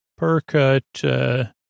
Percut